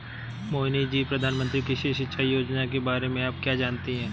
मोहिनी जी, प्रधानमंत्री कृषि सिंचाई योजना के बारे में आप क्या जानती हैं?